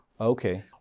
okay